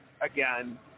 again